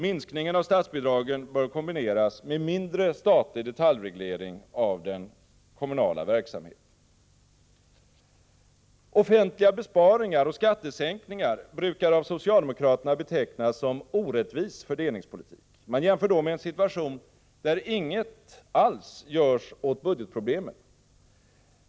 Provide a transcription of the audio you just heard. Minskningen av statsbidragen bör kombineras med mindre statlig detaljreglering av den kommunala verksamheten. Offentliga besparingar och skattesänkningar brukar av socialdemokraterna betecknas som orättvis fördelningspolitik. Man jämför då med en situation där inget alls görs åt budgetproblemen.